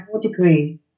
degree